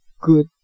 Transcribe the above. good